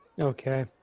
Okay